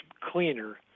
cleaner